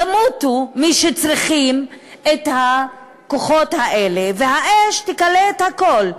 ימותו מי שצריכים את הכוחות האלה והאש תכלה את הכול.